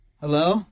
Hello